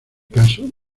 caso